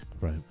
Right